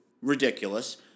Ridiculous